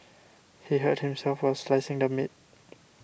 he hurt himself while slicing the meat